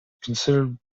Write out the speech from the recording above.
considered